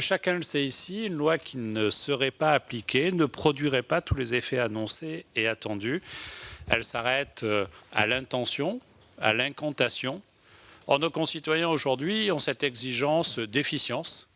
Chacun ici le sait, une loi qui ne serait pas appliquée ne produirait pas tous les effets annoncés et attendus. Elle se limiterait à l'intention, à l'incantation. Or nos concitoyens ont aujourd'hui une exigence d'efficience,